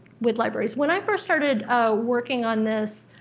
with libraries. when i first started working on this,